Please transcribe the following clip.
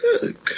good